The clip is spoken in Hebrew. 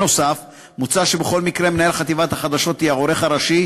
אני רוצה להודות לייעוץ המשפטי שלנו,